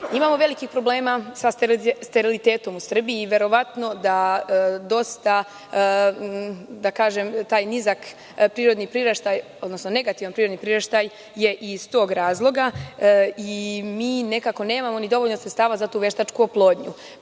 velikih problema sa sterilitetom u Srbiji i sada verovatno da taj nizak prirodni priraštaj, odnosno negativan prirodni priraštaj, iz tog razloga i mi nekako nemamo ni dovoljno sredstava za tu veštačku oplodnju. Kada